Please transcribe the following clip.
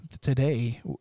today